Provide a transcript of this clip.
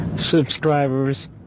Subscribers